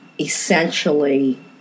essentially